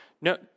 No